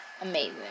Amazing